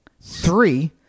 three